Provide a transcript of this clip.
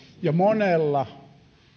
ja monella